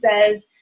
says